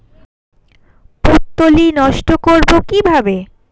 পুত্তলি নষ্ট করব কিভাবে?